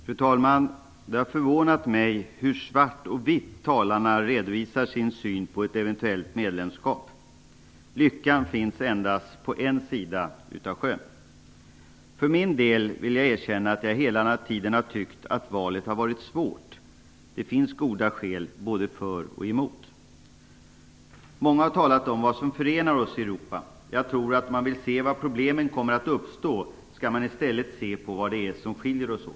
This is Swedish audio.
Fru talman! Det har förvånat mig hur svart och vitt talarna redovisar sin syn på ett eventuellt medlemskap. Lyckan finns endast på en sida av sjön. Jag för min del vill erkänna att jag hela tiden har tyckt att valet varit svårt. Det finns goda skäl både för och emot. Många har talat om vad som förenar oss i Europa. Jag tror att man, om man vill se var problemen kommer att uppstå, i stället skall se vad det är som skiljer oss åt.